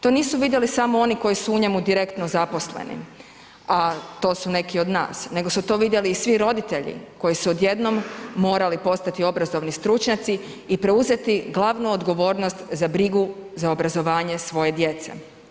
To nisu vidjeli samo oni koji su u njemu direktno zaposleni, a to su neki od nas, nego su to vidjeli i svi roditelji koji su odjednom morali postati obrazovni stručnjaci i preuzeti glavnu odgovornost za brigu za obrazovanje svoje djece.